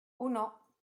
uno